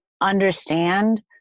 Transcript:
understand